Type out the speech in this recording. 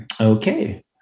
Okay